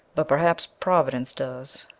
but perhaps providence does.